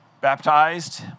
baptized